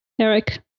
Eric